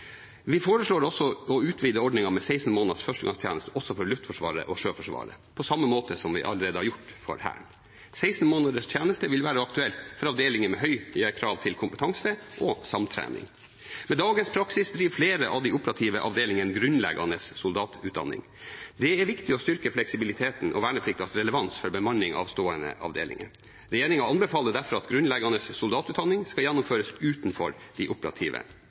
Vi foreslår også å utvide ordningen med 16 måneders førstegangstjeneste også for Luftforsvaret og Sjøforsvaret, på samme måte som vi allerede har gjort det for Hæren. 16 måneders tjeneste vil være aktuelt for avdelinger med høye krav til kompetanse og samtrening. Med dagens praksis driver flere av de operative avdelingene med grunnleggende soldatutdanning. Det er viktig å styrke fleksibiliteten og vernepliktens relevans for bemanning av stående avdelinger. Regjeringen anbefaler derfor at grunnleggende soldatutdanning skal gjennomføres utenfor de operative